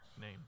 name